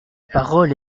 parole